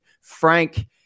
Frank